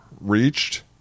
reached